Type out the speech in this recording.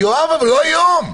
יואב, אבל לא היום.